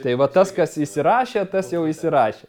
tai vat tas kas įsirašė tas jau įsirašė